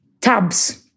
tubs